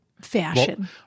fashion